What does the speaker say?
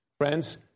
Friends